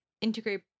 integrate